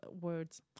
words